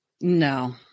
No